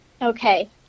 okay